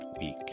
week